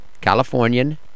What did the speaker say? Californian